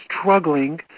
struggling